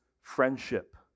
friendship